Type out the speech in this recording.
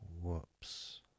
whoops